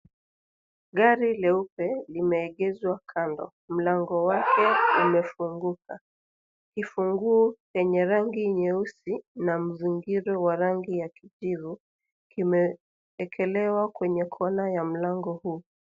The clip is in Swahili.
Gari leupe limeegeshwa kando mlango wake umefunguka . Kifunguo yenye rangi nyeusi na mzingiro wa rangi ya kijivu kimeekelewa kwenye kona ya mlango huu.